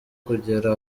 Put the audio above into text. kugera